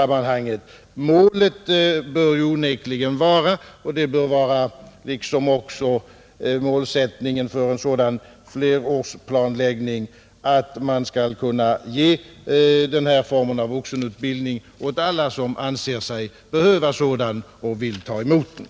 Målet bör ju onekligen vara — och det bör också vara målsättningen för en sådan flerårsplanläggning —, att man skall kunna ge den här formen av vuxenutbildning åt alla som anser sig behöva sådan och vill ta emot den.